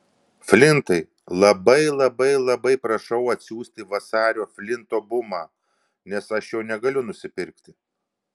flintai labai labai labai prašau atsiųsti vasario flinto bumą nes aš jo negaliu nusipirkti